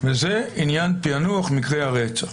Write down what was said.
וזה עניין פענוח מקרי הרצח